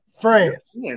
France